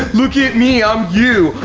look at me, i'm you.